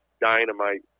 dynamite